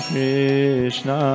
Krishna